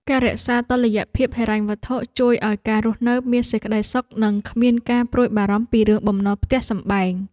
ការរក្សាតុល្យភាពហិរញ្ញវត្ថុជួយឱ្យការរស់នៅមានសេចក្ដីសុខនិងគ្មានការព្រួយបារម្ភពីរឿងបំណុលផ្ទះសម្បែង។